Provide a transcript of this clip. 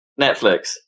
Netflix